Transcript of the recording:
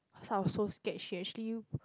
cause I was so scared she actually